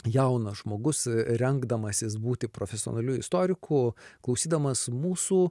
jaunas žmogus rengdamasis būti profesionaliu istoriku klausydamas mūsų